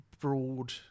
broad